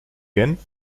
genf